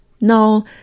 No